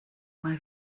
mae